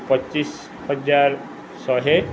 ପଚିଶ ହଜାର ଶହେ